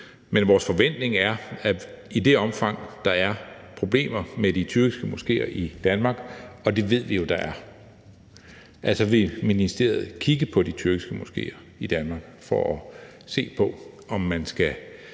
Men vores forventning er, at i det omfang, der er problemer med de tyrkiske moskéer i Danmark, og det ved vi jo der er, så vil ministeriet kigge på de tyrkiske moskéer i Danmark for at se på, om man skal